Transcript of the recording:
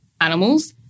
animals